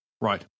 Right